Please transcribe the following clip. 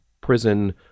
prison